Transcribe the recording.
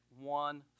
one